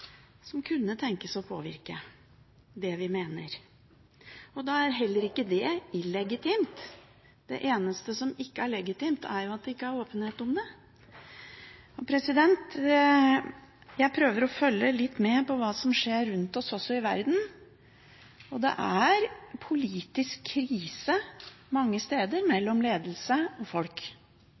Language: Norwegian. som kunne tenkes å påvirke det vi mener, og da er heller ikke det illegitimt. Det eneste som ikke er legitimt, er at det ikke er åpenhet om det. Jeg prøver å følge litt med på hva som også skjer rundt oss i verden, og det er politisk krise mange steder mellom ledelse og folk.